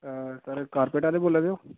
sir carpet आह्ले बोला दे ओ